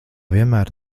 vienmēr